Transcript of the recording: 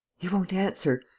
he won't answer.